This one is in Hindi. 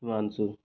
हिमांशु